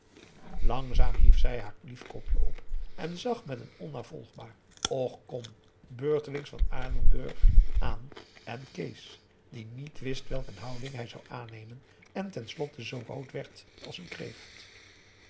langzaam hief zij haar lief kopje op en zag met een onnavolgbaar och kom beurtelings van aardenburg aan en kees die niet wist welk een houding hij zou aannemen en ten slotte zoo rood werd als een kreeft